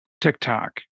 TikTok